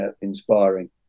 inspiring